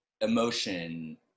emotion